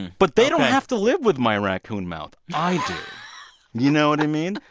but they don't have to live with my raccoon mouth. i do. you know what i mean?